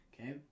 Okay